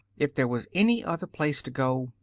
if there was any other place to go,